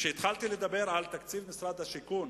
התחלתי לדבר על תקציב משרד השיכון